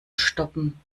stoppen